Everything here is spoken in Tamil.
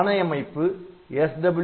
இதில் ஆணை அமைப்பு SWI n